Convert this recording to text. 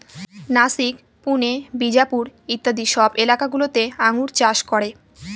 নাসিক, পুনে, বিজাপুর ইত্যাদি সব এলাকা গুলোতে আঙ্গুর চাষ করে